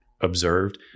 observed